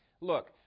Look